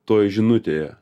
toj žinutėje